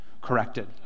corrected